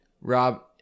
rob